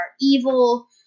evil